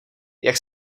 jak